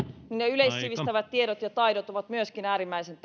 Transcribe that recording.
yleissivistävät tiedot ja taidot ovat myöskin äärimmäisen